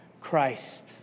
Christ